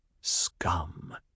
Scum